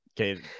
okay